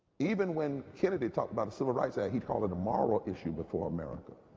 even when kennedy talked about the civil rights act, he called it the moral issue before america.